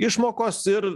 išmokos ir